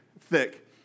thick